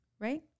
Right